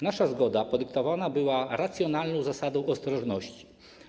Nasza zgoda podyktowana była racjonalną zasadą ostrożności.